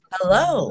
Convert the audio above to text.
Hello